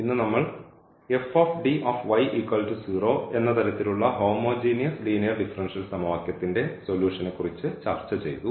ഇന്ന് നമ്മൾ എന്ന തരത്തിലുള്ള ഹോമോജീനിയസ് ലീനിയർ ഡിഫറൻഷ്യൽ സമവാക്യത്തിന്റെ സൊലൂഷനെ കുറിച്ച് ചർച്ചചെയ്തു